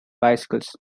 bicycles